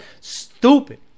Stupid